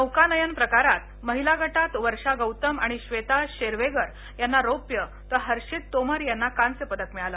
नौकानयन प्रकारात महिला गटात वर्ष गौतम आणि ब्वेता शेरवेगर यांना रौप्य तर हर्षित तोमर ला कांस्य पदक मिळाल